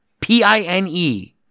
P-I-N-E